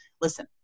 listen